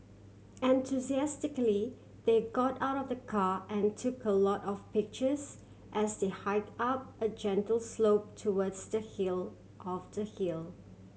enthusiastically they got out of the car and took a lot of pictures as they hike up a gentle slope towards the hill of the hill